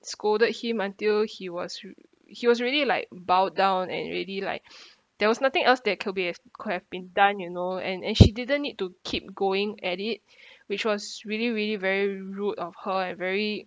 scolded him until he was re~ he was really like bowed down and really like there was nothing else that could be as could have been done you know and and she didn't need to keep going at it which was really really very rude of her and very